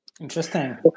Interesting